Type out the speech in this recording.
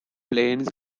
planes